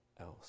else